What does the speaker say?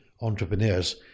entrepreneurs